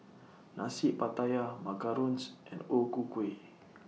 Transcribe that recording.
Nasi Pattaya Macarons and O Ku Kueh